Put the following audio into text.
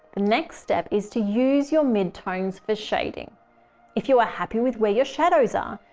the next step is to use your mid tones for shading if you are happy with where your shadows are.